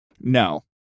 No